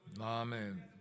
Amen